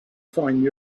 find